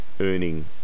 earning